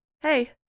hey